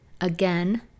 again